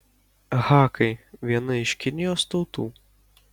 hakai viena iš kinijos tautų